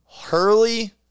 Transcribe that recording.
Hurley